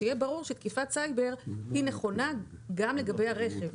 כך שיהיה ברור שתקיפת סייבר נכונה גם לגבי הרכב?